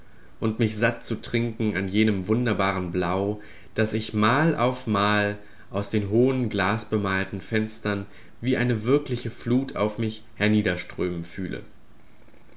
und mich satt zu trinken an jenem wunderbaren blau das ich mal auf mal aus den hohen glasbemalten fenstern wie eine wirkliche flut auf mich herniederströmen fühle